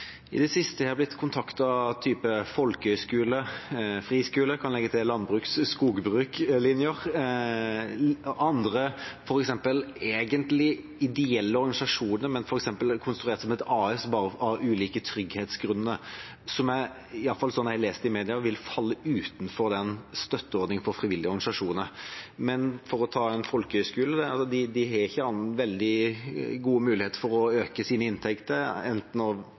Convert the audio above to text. I det siste har jeg blitt kontaktet av type folkehøyskole, friskole – jeg kan legge til landbruks- og skogbrukslinjer – og andre egentlig ideelle organisasjoner, men som av ulike trygghetsgrunner f.eks. er konstruert som et AS. Disse vil – slik jeg har lest det i media – falle utenfor den støtteordningen for frivillige organisasjoner. Men for å ta én folkehøyskole: De har ikke veldig gode muligheter for å øke sine inntekter, annet enn eventuelt å